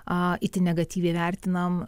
a itin negatyviai vertinamam